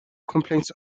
complaints